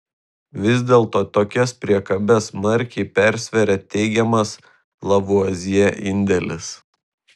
vis dėlto tokias priekabes smarkiai persveria teigiamas lavuazjė indėlis